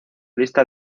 lista